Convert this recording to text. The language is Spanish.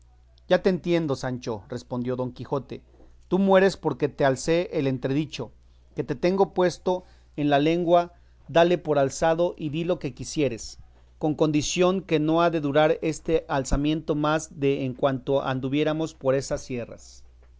ya te entiendo sancho respondió don quijote tú mueres porque te alce el entredicho que te tengo puesto en la lengua dale por alzado y di lo que quisieres con condición que no ha de durar este alzamiento más de en cuanto anduviéremos por estas sierras